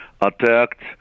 attacked